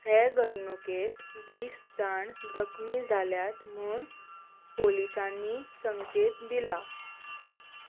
हे घडणुकेंत वीस जाण जखमी जाल्यात म्हूण पुलिसांनी संकेत दिला